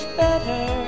better